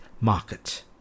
market